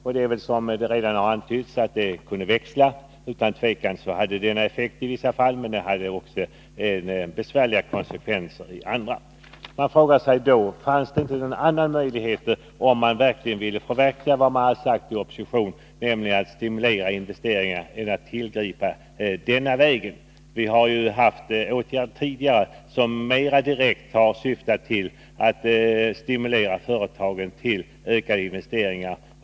Såsom redan har antytts har det växlat. Devalveringen hade utan tvekan den effekten i vissa fall, men den hade också besvärliga konsekvenser i andra. Man frågar sig då: Fanns det inte någon annan möjlighet för socialdemokraterna, om de ville förverkliga vad de hade sagt i opposition, att stimulera investeringar än att tillgripa en vinstskatt? Vi har tidigare vidtagit åtgärder, som mer direkt har syftat till att stimulera företagen till ökade investeringar.